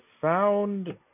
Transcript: found